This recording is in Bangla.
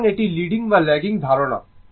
সুতরাং এটি লিডিং বা ল্যাগিং ধারণা